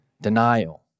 denial